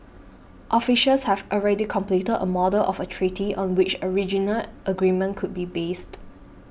officials have already completed a model of a treaty on which a regional agreement could be based